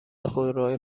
خودروهای